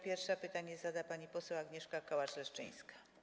Pierwsza pytanie zada pani poseł Agnieszka Kołacz-Leszczyńska.